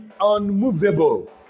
unmovable